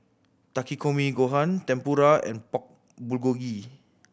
Takikomi Gohan Tempura and Pork Bulgogi